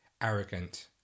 arrogant